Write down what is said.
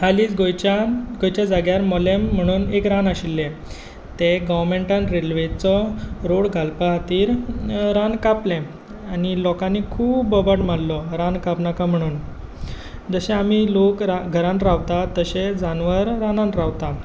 हालींच गोंयच्या गोंयच्या जाग्यार मोलें म्हूण एक रान आशिल्लें तें गोवोमँटान रेलवेचो रोड घालपा खातीर रान कापलें आनी लोकांनी खूब बोबाट मारलो रान कापनाका म्हणून जशे आमी लोक रान घरांत रावता तशे जानवर रानांत रावता